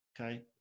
Okay